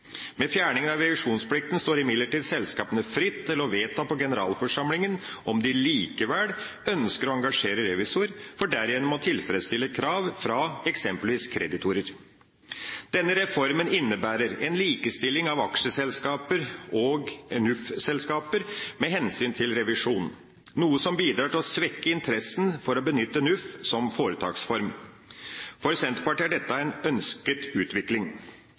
Med fjerningen av revisjonsplikten står imidlertid selskapene fritt til å vedta på generalforsamlingen om de likevel ønsker å engasjere revisor, for derigjennom å tilfredsstille krav fra eksempelvis kreditorer. Denne reformen innebærer en likestilling av aksjeselskaper og NUF-selskaper med hensyn til revisjon, noe som bidrar til å svekke interessen for å benytte NUF som foretaksform. For Senterpartiet er dette en ønsket utvikling.